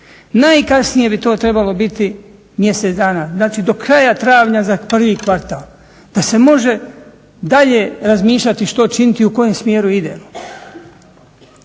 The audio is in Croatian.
Najkasnije bi to trebalo biti mjesec dana. Znači, do kraja travnja za prvi kvartal da se može dalje razmišljati što činiti i u kojem smjeru idemo.